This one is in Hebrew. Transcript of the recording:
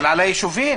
על היישובים.